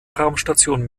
raumstation